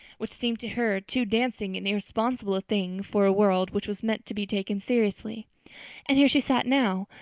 which seemed to her too dancing and irresponsible a thing for a world which was meant to be taken seriously and here she sat now,